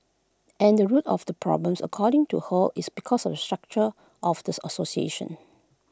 and the root of the problem according to her is because of the structure of the association